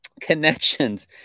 connections